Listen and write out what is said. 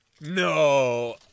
No